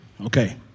Okay